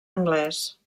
anglès